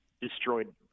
destroyed